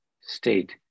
state